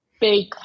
big